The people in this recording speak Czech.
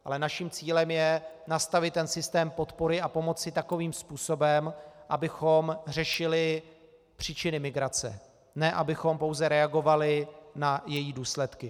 Ale naším cílem je nastavit systém podpory a pomoci takovým způsobem, abychom řešili příčiny migrace, ne abychom pouze reagovali na její důsledky.